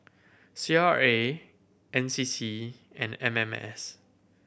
C R A N C C and M M S